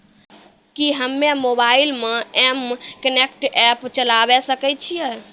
कि हम्मे मोबाइल मे एम कनेक्ट एप्प चलाबय सकै छियै?